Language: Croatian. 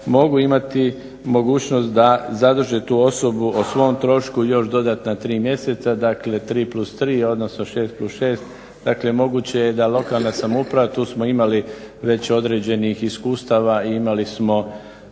mogu imati mogućnost da zadrže tu osobu o svom trošku još dodatna 3 mjeseca, dakle 3+3, odnosno 6+6. Dakle, moguće je da lokalna samouprava, tu smo imali već određenih iskustava i imali smo